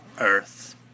Earth